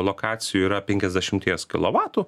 lokacijų yra penkiasdešimties kilovatų